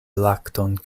lakton